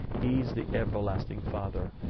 he's the everlasting father.